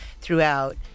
throughout